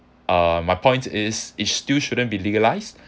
uh my point is it still shouldn't be legalised